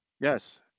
Yes